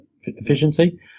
efficiency